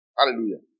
Hallelujah